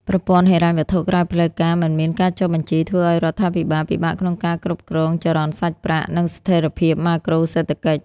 ប្រព័ន្ធហិរញ្ញវត្ថុក្រៅផ្លូវការមិនមានការចុះបញ្ជី ធ្វើឱ្យរដ្ឋាភិបាលពិបាកក្នុងការគ្រប់គ្រងចរន្តសាច់ប្រាក់ និងស្ថិរភាពម៉ាក្រូសេដ្ឋកិច្ច។